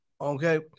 Okay